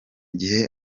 gihe